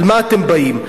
על מה אתם באים?